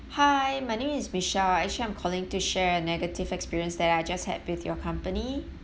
hi my name is michelle actually I'm calling to share a negative experience that I just had with your company